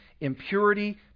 impurity